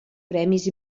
premis